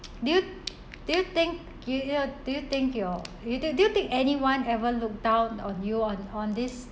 do you do you think you know do you think your do you do you think anyone ever look down on you on on this